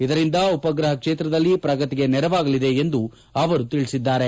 ಇದರಿಂದಾಗಿ ಉಪಗ್ರಹ ಕ್ಷೇತ್ರದಲ್ಲಿ ಪ್ರಗತಿಗೆ ನೆರವಾಗಲಿದೆ ಎಂದು ಅವರು ತಿಳಿಸಿದ್ದಾರೆ